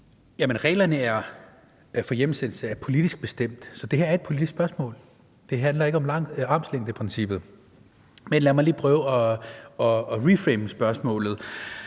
reglerne for hjemsendelse er politisk bestemt, så det her er et politisk spørgsmål. Det handler ikke om armslængdeprincippet. Men lad mig lige prøve at reframe spørgsmålet.